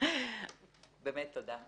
באמת תודה.